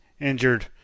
injured